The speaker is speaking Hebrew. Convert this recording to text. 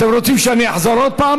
אתם רוצים שאחזור עוד פעם?